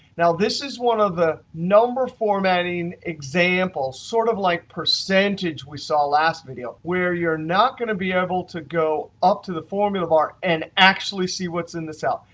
now, this is one of a number formatting examples, sort of like percentage we saw last video, where you're not going to be able to go up to the formula bar and actually see what's in the cell.